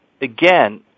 again